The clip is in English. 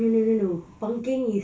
no no no pangkeng is